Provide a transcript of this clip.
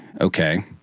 okay